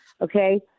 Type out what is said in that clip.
okay